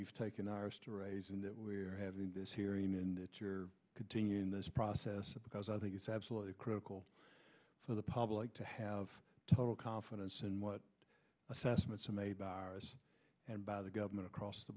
you've taken ours to raising that we're having this hearing and it's your continuing this process because i think it's absolutely critical for the public to have total confidence in what assessments are made by r s and by the government across the